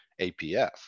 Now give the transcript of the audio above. APF